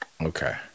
Okay